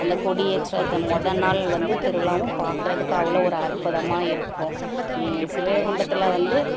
அந்த கொடியேற்றது மொதல் நாள் வந்து திருவிழாவும் பார்க்கறதுக்கு அவ்வளோ ஒரு அற்புதமாக இருக்கும் ஸ்ரீவைகுண்டத்தில் வந்து